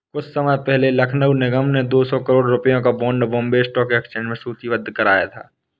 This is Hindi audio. कुछ समय पहले लखनऊ नगर निगम ने दो सौ करोड़ रुपयों का बॉन्ड बॉम्बे स्टॉक एक्सचेंज में सूचीबद्ध कराया था